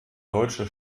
deutsche